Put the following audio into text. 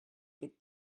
could